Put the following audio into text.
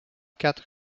quatre